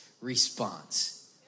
response